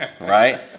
Right